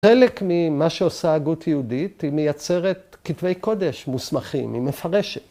‫חלק ממה שעושה ההגות יהודית ‫היא מייצרת כתבי קודש מוסמכים, ‫היא מפרשת.